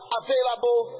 available